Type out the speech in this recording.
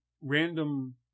random